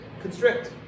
Constrict